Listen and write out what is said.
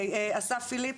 אסף פיליפ,